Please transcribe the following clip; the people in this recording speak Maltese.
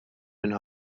minn